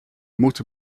moeten